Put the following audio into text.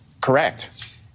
correct